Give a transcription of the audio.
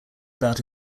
about